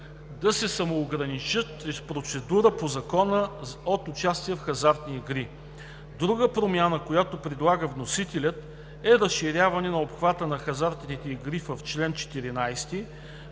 да се самоограничат чрез процедурата по Закона от участие в хазартни игри. Друга промяна, която предлага вносителят, е разширяване на обхвата на хазартните игри в чл. 14,